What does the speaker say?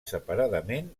separadament